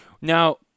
Now